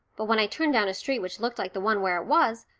but when i turned down a street which looked like the one where it was,